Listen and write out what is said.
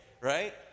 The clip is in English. right